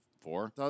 four